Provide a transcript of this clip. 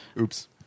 Oops